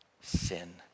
sin